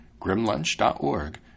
grimlunch.org